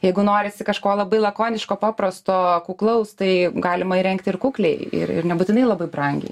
jeigu norisi kažko labai lakoniško paprasto kuklaus tai galima įrengti ir kukliai ir ir nebūtinai labai brangiai